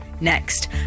Next